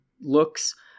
looks